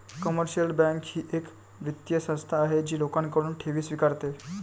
commercial bank ही एक वित्तीय संस्था आहे जी लोकांकडून ठेवी स्वीकारते